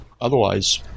otherwise